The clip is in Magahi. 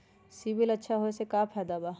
सिबिल अच्छा होऐ से का फायदा बा?